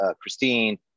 Christine